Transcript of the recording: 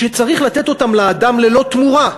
שצריך לתת אותם לאדם ללא תמורה,